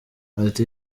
ati